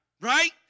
Right